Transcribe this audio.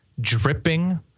dripping